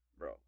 Bro